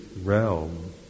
realm